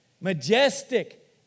Majestic